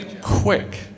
quick